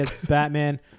Batman